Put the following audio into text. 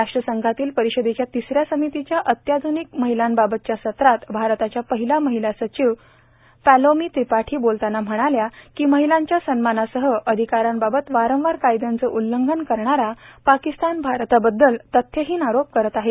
राष्ट्रसंघातील परिषदेच्या तिसऱ्या समितीच्या अत्याधुनिक महिलांबाबतच्या सत्रात भारताच्या पहिल्या महिला सचिव पॉलोमी त्रिपाठी बोलताना म्हणाल्या महिलांच्या सन्मानासह अधिकाराबाबत वारंवार कायद्याचं उल्लंघन करणारा पाकिस्तान भारताबद्दल तथ्यहिन आरोप करत आहे